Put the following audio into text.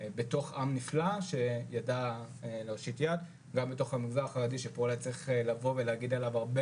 בתוך עם נפלא שידע להושיט יד ובתוך המגזר החרדי שמגיעות לו הרבה